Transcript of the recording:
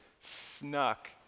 snuck